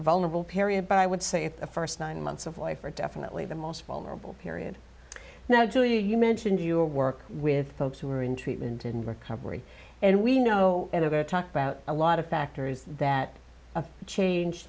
vulnerable period but i would say if the first nine months of life are definitely the most vulnerable period now do you mentioned you work with folks who are in treatment and recovery and we know talk about a lot of factors that a change